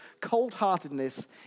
cold-heartedness